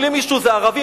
מישהו אמר לי: זה ערבים.